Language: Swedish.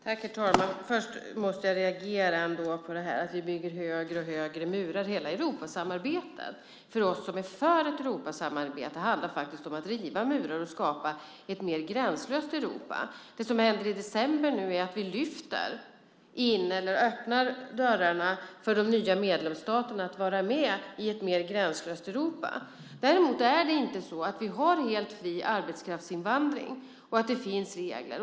Herr talman! Först måste jag reagera på att vi skulle bygga högre och högre murar. Hela Europasamarbetet för oss som är för ett Europasamarbete handlar faktiskt om att riva murar och skapa ett mer gränslöst Europa. Det som händer nu i december är att vi öppnar dörrarna för de nya medlemsstaterna att vara med i ett mer gränslöst Europa. Däremot är det inte så att vi har helt fri arbetskraftsinvandring och att det finns regler.